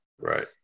Right